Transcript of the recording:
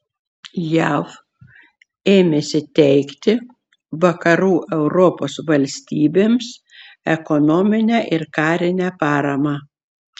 jav ėmėsi teikti vakarų europos valstybėms ekonominę ir karinę paramą